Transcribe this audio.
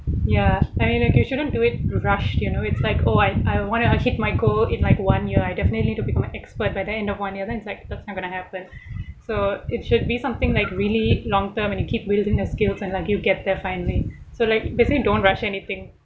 ya I mean like you shouldn't do it rushed you know it's like oh I I want to hit my goal in like one year I definitely need to become a expert by the end of one year then it's like that's not go going to happen so it should be something like really long term and you keep wielding your skills and like you get there finally so like basically don't rush anything